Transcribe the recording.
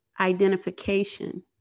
identification